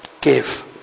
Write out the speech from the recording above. give